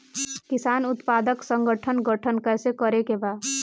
किसान उत्पादक संगठन गठन कैसे करके बा?